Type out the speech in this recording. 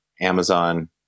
Amazon